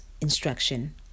instruction